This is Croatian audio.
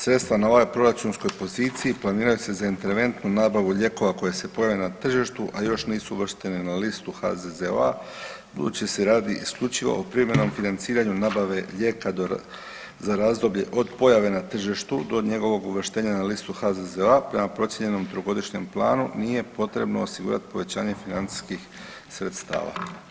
Sredstva na ovoj proračunskoj poziciji planiraju se za interventnu nabavu lijekova koja se pojave na tržištu a još nisu uvršteni na listi HZZO-a, budući se radi isključivo o privremenom financiranju nabave lijeka za razdoblje od pojave na tržištu do njegovog uvrštenja na listu HZZO-a prema procijenjenom trogodišnjem planu nije potrebno osigurati povećanje financijskih sredstava.